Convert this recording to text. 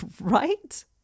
Right